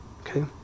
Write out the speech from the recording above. Okay